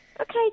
Okay